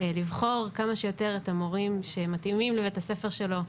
לבחור כמה שיותר את המורים שמתאימים לבית הספר שלו,